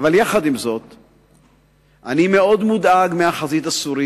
אבל אני מאוד מודאג מהחזית הסורית.